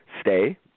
stay